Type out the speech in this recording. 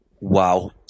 Wow